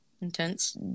Intense